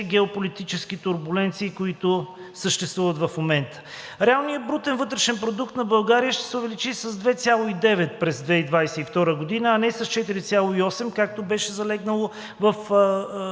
геополитически турбуленции, които съществуват в момента. Реалният брутен вътрешен продукт на България ще се увеличи с 2,9 през 2022 г., а не с 4,8, както беше залегнало в